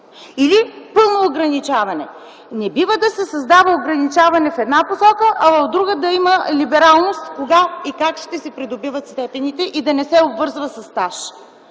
или пълно ограничаване! Не бива да се създава ограничаване в една посока, а в друга да има либералност кога и как ще се придобиват степените и да не се обвързва със стаж.